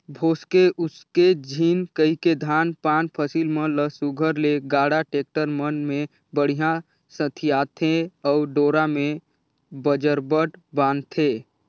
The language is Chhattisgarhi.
भोसके उसके झिन कहिके धान पान फसिल मन ल सुग्घर ले गाड़ा, टेक्टर मन मे बड़िहा सथियाथे अउ डोरा मे बजरबट बांधथे